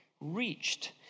reached